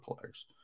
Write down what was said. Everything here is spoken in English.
players